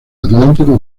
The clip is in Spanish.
atlántico